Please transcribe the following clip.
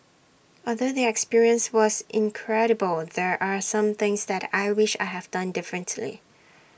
although the experience was incredible there are some things that I wish I have done differently